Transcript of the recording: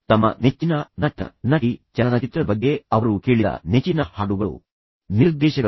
ತಮ್ಮ ನೆಚ್ಚಿನ ನಟ ನಟಿ ಚಲನಚಿತ್ರದ ಬಗ್ಗೆ ಅವರು ಕೇಳಿದ ನೆಚ್ಚಿನ ಹಾಡುಗಳು ನಿರ್ದೇಶಕರು